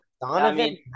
Donovan